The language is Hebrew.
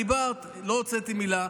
דיברת, לא הוצאתי מילה.